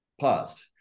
paused